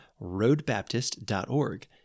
roadbaptist.org